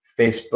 Facebook